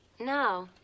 No